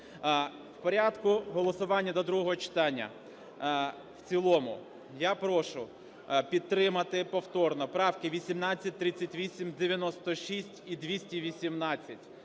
У порядку голосування до другого читанні в цілому я прошу підтримати повторно правки 18, 38, 96 і 218,